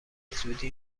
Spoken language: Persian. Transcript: زودی